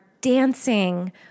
dancing